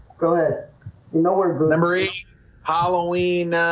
go ahead you know november eighth halloween